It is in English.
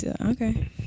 Okay